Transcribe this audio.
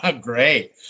Great